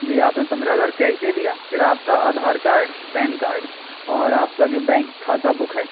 جی آپ نے پندرہ ہزار کیش دے دیا پھر آپ کا آدھار کارڈ پین کارڈ اور آپ کا جو بینک کھاتہ بک ہے